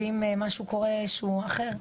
ואם משהו קורה שהוא אחר,